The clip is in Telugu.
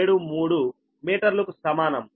0473 మీటర్లకు సమానం